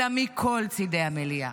אלא מכל צידי המליאה.